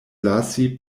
lasi